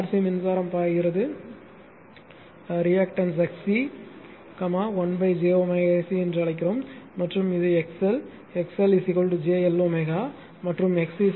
C மின்சாரம் பாய்கிறது reactance Xc 1 j ω C என்று அழைக்கிறோம் மற்றும் இது XL XL JL ω மற்றும் XC jω C